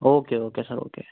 okay okay sir okay